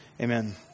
Amen